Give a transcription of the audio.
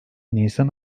nisan